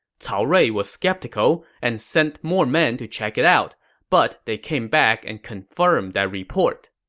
cao rui was skeptical and sent more men to check it out, but they came back and confirmed that report